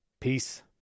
peace